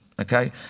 okay